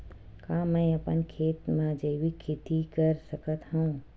का मैं अपन खेत म जैविक खेती कर सकत हंव?